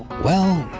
well,